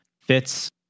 fits